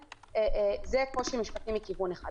זה קושי משפטי מכיוון אחד.